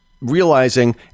realizing